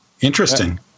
Interesting